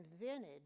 invented